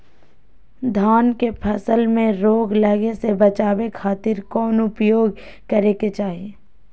धान के फसल में रोग लगे से बचावे खातिर कौन उपाय करे के चाही?